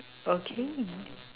okay